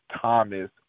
Thomas